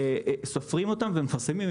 סופרים אותם ומפרסמים.